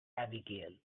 abigail